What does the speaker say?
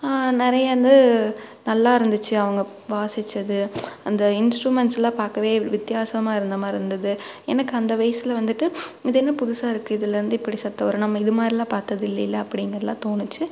நிறையாந்து நல்லா இருந்துச்சு அவங்க வாசிச்சது அந்த இன்ஸ்ட்ருமெண்ட்ஸ் எல்லாம் பார்க்கவே வித்தியாசமாக இருந்த மாதிரி இருந்தது எனக்கு அந்த வயசில் வந்துட்டு இது என்ன புதுசாக இருக்குது இதில் வந்து இப்படி சத்தம் வரும் நம்ம இது மாதிரிலாம் பார்த்தது இல்லையில அப்படிங்கிறதுலாம் தோணுச்சு